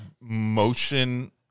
motion